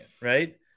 Right